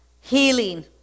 healing